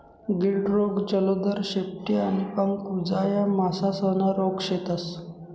गिल्ड रोग, जलोदर, शेपटी आणि पंख कुजा या मासासना रोग शेतस